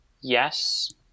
yes